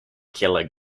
killer